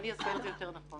אני אסביר את זה יותר נכון.